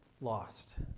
lost